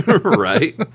Right